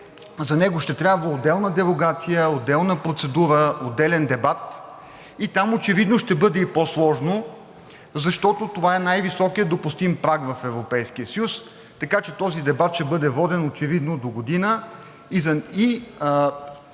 за него ще трябва отделна дерогация, отделна процедура, отделен дебат и там очевидно ще бъде и по-сложно, защото това е най-високият допустим праг в Европейския съюз. Така че този дебат ще бъде воден очевидно догодина